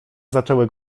zaczęły